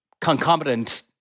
concomitant